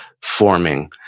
forming